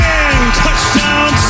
Touchdown